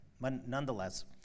Nonetheless